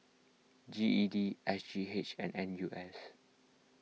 G E D S G H and N U S